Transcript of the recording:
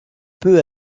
peu